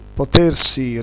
potersi